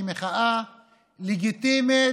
מחאה לגיטימית,